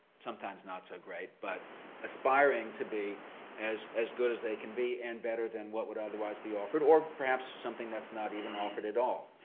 sometimes not so great, but aspiring to be as as good as they can be and better than what would otherwise be offered. or perhaps, something that's not even offered at all.